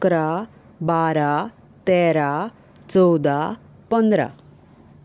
अकरा बारा तेरा चवदा पंदरा